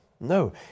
No